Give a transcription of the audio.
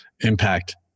impact